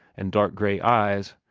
and dark gray eyes,